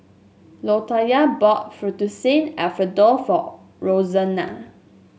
Latoyia bought Fettuccine Alfredo for Roxana